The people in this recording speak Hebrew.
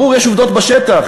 ברור, יש עובדות בשטח.